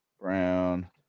Brown